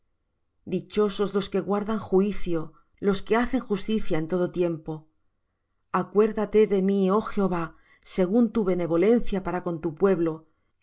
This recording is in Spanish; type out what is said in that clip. dichosos los que guardan juicio los que hacen justicia en todo tiempo acuérdate de mí oh jehová según tu benevolencia para con tu pueblo